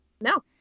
No